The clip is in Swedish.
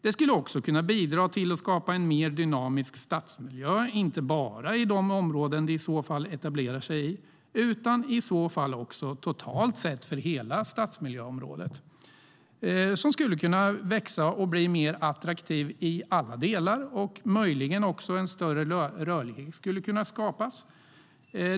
Det skulle också kunna bidra till att skapa en mer dynamisk stadsmiljö, inte bara i de områden där myndigheterna etablerar sig utan också totalt sett för hela stadsmiljöområdet, som skulle kunna växa och blir mer attraktivt i alla delar. Möjligen skulle också en större rörlighet kunna skapas.